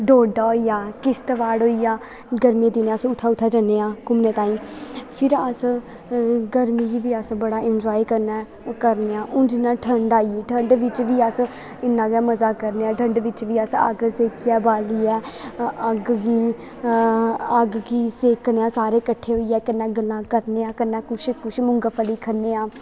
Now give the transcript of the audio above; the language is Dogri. डोडा होइया किश्तबाड़ होइया गर्मी दे दिनें अस उत्थै उत्थै जनेआं घुमने ताईं फिर अस गरमी गेई बी फिर अस इंजाय करने उन्न जि'यां ठंड़ आई ठंड बिच्च बी अस इ'न्ना गै मजा करनेआं ठंड बिच्च बी अस अग्ग सेकियै जां बालियै अग्ग गी सेकनेआं सारे कट्ठे होइयै कन्नै गल्लां करनेआं कन्नै मुंगफली खन्नेआं